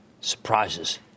surprises